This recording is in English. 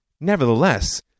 nevertheless